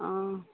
অঁ